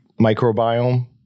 microbiome